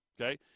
okay